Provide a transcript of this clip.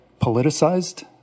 politicized